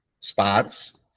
spots